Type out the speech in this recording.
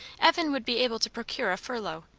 evan would be able to procure a furlough,